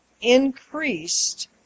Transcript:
increased